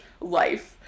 life